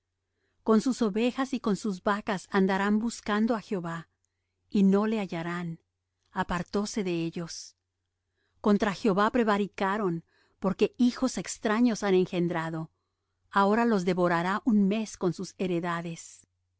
con sus ovejas y con sus vacas andarán buscando á jehová y no le hallarán apartóse de ellos contra jehová prevaricaron porque hijos extraños han engendrado ahora los devorará un mes con sus heredades